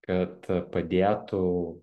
kad padėtų